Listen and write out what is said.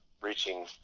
reaching